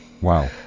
Wow